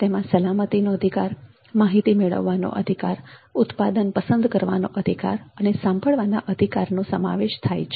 તેમાં સલામતીનો અધિકાર માહિતી મેળવવાનો અધિકાર ઉત્પાદન પસંદ કરવાનો અધિકાર અને સાંભળવાના અધિકારનો સમાવેશ થાય છે